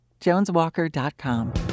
JonesWalker.com